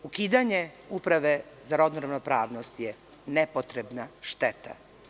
Ukidanje Uprave za rodnu ravnopravnost je nepotrebna šteta.